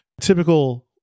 typical